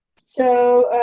so,